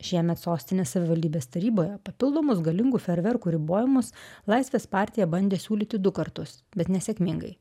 šiemet sostinės savivaldybės taryboje papildomus galingų feerverkų ribojimus laisvės partija bandė siūlyti du kartus bet nesėkmingai